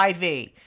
IV